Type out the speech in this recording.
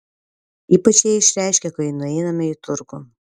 ypač ją išreiškia kai nueiname į turgų